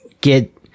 get